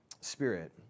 spirit